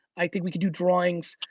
i think we could do drawings,